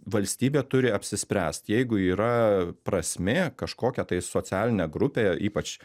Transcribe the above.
valstybė turi apsispręst jeigu yra prasmė kažkokia tai socialinė grupė ypač